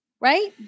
right